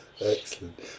Excellent